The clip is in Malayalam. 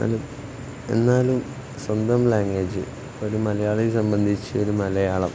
അത് എന്നാലും സ്വന്തം ലാംഗ്വേജ് ഒരു മലയാളിയെ സംബന്ധിച്ച് ഒരു മലയാളം